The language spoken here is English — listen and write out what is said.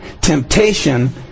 temptation